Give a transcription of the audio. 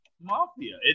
mafia